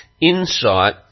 insight